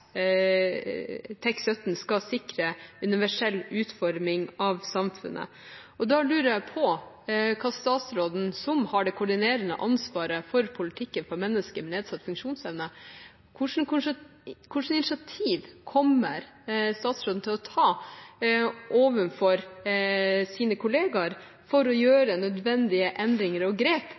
skal sikre universell utforming av samfunnet. Da lurer jeg på hva slags initiativ statsråden, som har det koordinerende ansvaret for politikken for mennesker med nedsatt funksjonsevne, kommer til å ta overfor sine kollegaer for å gjøre nødvendige endringer og grep